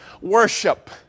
worship